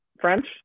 French